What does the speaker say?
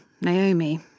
Naomi